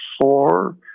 four